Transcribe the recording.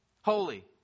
Holy